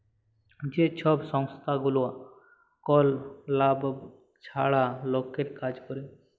যে ছব সংস্থাগুলা কল লাভ ছাড়া লকের কাজ ক্যরে